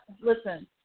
Listen